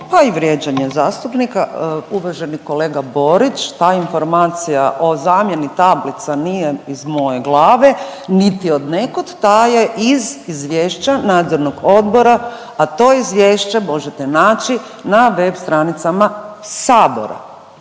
pa i vrijeđanje zastupnika. Uvaženi kolega Borić ta informacija o zamjeni tablica nije iz moje glave niti je od nekud. Ta je iz izvješća Nadzornog odbora, a to izvješće možete naći na web stranicama sabora.